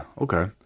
Okay